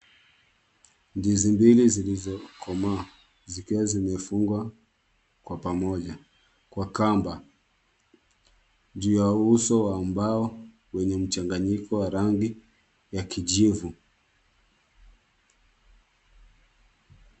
Ndizi mbili zilizokomaa zikiwa zimefungwa, kwa pamoja. Kwa kamba. Juu ya uso wa ambao wenye mchanganyiko wa rangi ya kijivu.